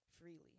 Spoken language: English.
freely